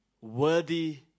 Worthy